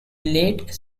late